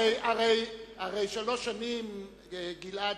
הרי שלוש שנים גלעד,